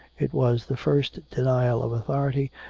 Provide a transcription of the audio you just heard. it was the first denial of authority,